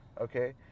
Okay